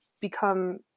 become